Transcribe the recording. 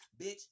bitch